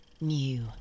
new